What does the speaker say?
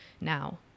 now